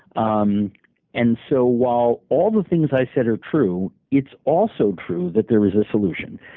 um and so while all the things i said are true, it's also true that there is a solution.